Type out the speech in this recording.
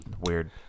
Weird